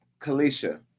Kalisha